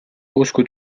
usku